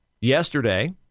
yesterday